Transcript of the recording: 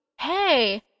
Hey